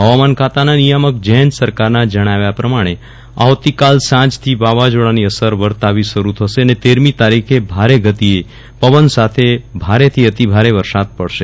હવામાન ખાતાના નિયામક જયંત સરકારના જણાવ્યા પ્રમાણે બારમી તારીખે સાંજથી વાવાઝોડાની અસર વર્તાવી શરૂ થશે અને તેરમી તારીખે ભારે ગતિએ પવન સાથે ભારેથી અતિભારે વરસાદ પડશે